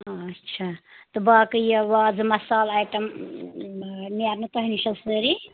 آچھا تہٕ باقٕے یہِ وازٕ مصالہٕ آیٹَم نیرنہٕ تۄہہِ نِش حظ سٲری